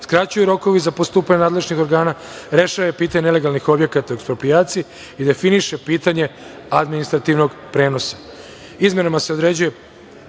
skraćuju rokovi za postupanje nadležnih organa, rešava pitanje nelegalnih objekata u eksproprijaciji i definiše pitanje administrativnog prenosa. Izmena se određuje